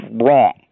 wrong